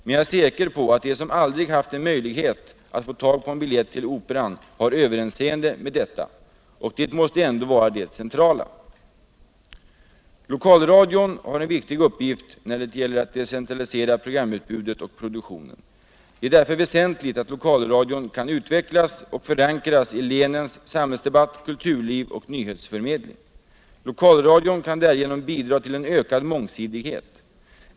Men jag är säker på att de som aldrig haft en möjlighet att få tag på en biljett till operan har överseende med detta. Och det måste ändå vara det centrala. Lokalradion har en viktig uppgift när dei gäller att decentralisera programutbudet och produktionen. Det är därför väsentligt att lokalradion kan utvecklas och förankras i fänens samhällsdebatt, kulturliv och nyhetsförmedling. Lokalradion kan därigenom bidra till en ökad mångsidighet.